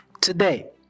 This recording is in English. today